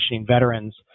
veterans